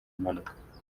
impanuka